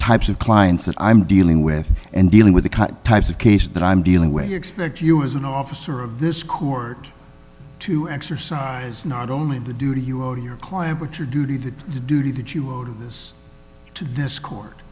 types of clients that i'm dealing with and dealing with the types of cases that i'm dealing with you expect you as an officer of this court to exercise not only the duty you owe to your client which are duty the duty that you load of this to this court